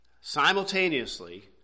simultaneously